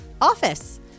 Office